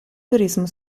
turismo